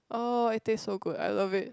oh it taste so good I love it